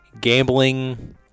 gambling